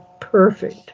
perfect